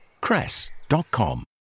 Cress.com